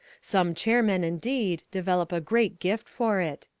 some chairmen, indeed, develop a great gift for it.